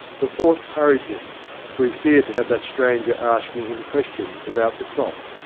the thought hurried him, for he feared to have that stranger asking him questions about the clock.